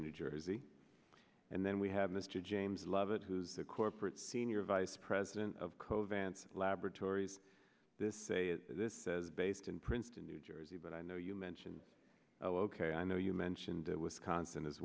in new jersey and then we have mr james lovett who's a corporate senior vice president of covance laboratories this this says based in princeton new jersey but i know you mentioned well ok i know you mentioned wisconsin as